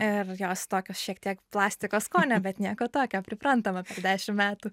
ir jos tokios šiek tiek plastiko skonio bet nieko tokio priprantama per dešim metų